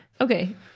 Okay